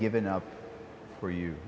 given up for you